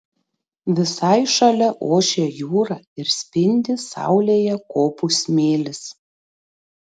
visai šalia ošia jūra ir spindi saulėje kopų smėlis